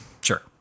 Sure